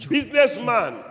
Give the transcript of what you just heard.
Businessman